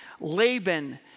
Laban